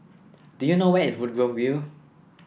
do you know where is Woodgrove View